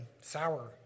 sour